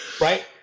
right